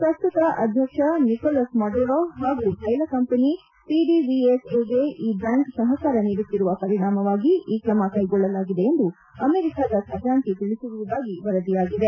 ಪ್ರಸ್ತುತ ಅಧ್ಯಕ್ಷ Nicolas Maduro ಹಾಗೂ ತೈಲ ಕಂಪನಿ ಪಿಡಿವಿಎಸ್ಎಗೆ ಈ ಬ್ವಾಂಕ್ ಸಹಕಾರ ನೀಡುತ್ತಿರುವ ಪರಿಣಾಮವಾಗಿ ಈ ಕ್ರಮ ಕೈಗೊಳ್ಳಲಾಗಿದೆ ಎಂದು ಅಮೆರಿಕದ ಖಜಾಂಚಿ ತಿಳಿಸಿರುವುದಾಗಿ ವರದಿಯಾಗಿದೆ